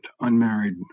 unmarried